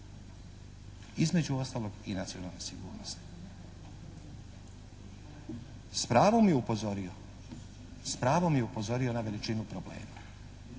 Između ostaloga i nacionalne sigurnosti. S pravom je upozorio, s pravom je upozorio na veličinu problema.